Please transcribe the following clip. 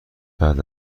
بعد